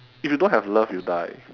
if you don't have love you die